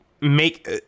make